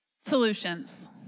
solutions